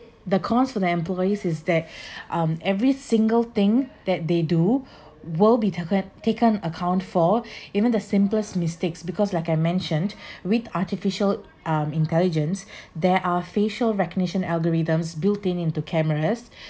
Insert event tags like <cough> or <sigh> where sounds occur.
the cons for the employees is that <breath> um every single thing that they do <breath> will be taken taken account for <breath> even the simplest mistakes because like I mentioned <breath> with artificial um intelligence <breath> there are facial recognition algorithms built in into cameras